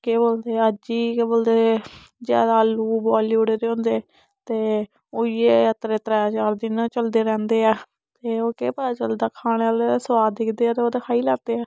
केह् बोलदे अज्ज ही केह् बोलदे ज्यादा आलू बोआली उड़े दे होंदे ते ओहयो अत्तरे त्रै चार दिन चलदे रैंह्दे ऐ ते ओह् केह् पता चलदा खाने आहले दा सोआद दिखदे ते ओह् ते खाई लैंदे ऐ